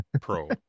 Pro